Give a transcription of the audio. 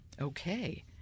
Okay